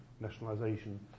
nationalisation